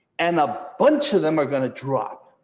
and a bunch of them are going to drop,